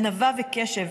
ענווה וקשב,